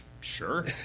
Sure